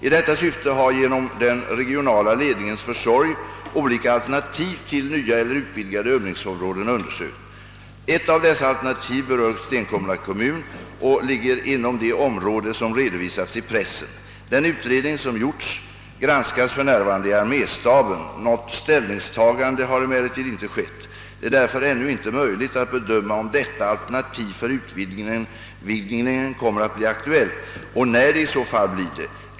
I detta syfte har genom den regionala ledningens försorg olika alternativ till nya eller utvidgade övningsområden undersökts, Ett av dessa alternativ berör Stenkumla kommun och ligger inom det område som redovisats i pressen. Den utredning som gjorts granskas för närvarande i arméstaben. Något ställningstagande har emellertid inte skett. Det är därför ännu inte möjligt att bedöma om detta alternativ för utvidgningen kommer att bli aktuellt och när det i så fall blir det.